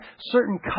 certain